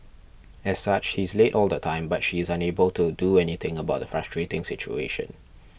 as such he is late all the time but she is unable to do anything about the frustrating situation